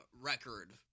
record